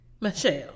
Michelle